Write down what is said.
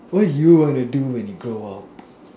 what do you want to do when you grow up